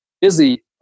busy